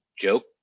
joke